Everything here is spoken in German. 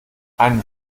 einem